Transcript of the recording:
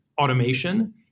automation